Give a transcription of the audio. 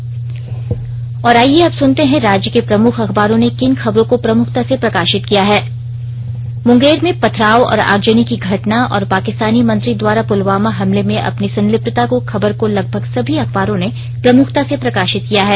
अब अखबारों की सुर्खियां और आईये अब ं सुनते हैं राज्य के प्रमुख अखबारों ने किन खबरों को प्रमुखता से प्रकाशित किया है मूंगेर में पथराव और आगजनी की घटना और पाकिस्तानी मंत्री द्वारा पुलवामा हमले में अपनी संलिप्तता की खबर को लगभग सभी अखबारों ने प्रमुखता से प्रकाशित किया है